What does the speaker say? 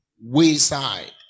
wayside